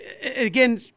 Again